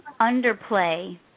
underplay